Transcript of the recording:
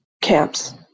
camps